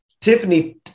Tiffany